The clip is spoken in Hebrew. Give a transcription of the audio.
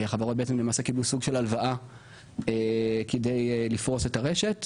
החברות בעצם קיבלו סוג של הלוואה כדי לפרוס את הרשת,